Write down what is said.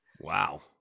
wow